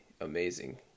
amazing